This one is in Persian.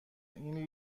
این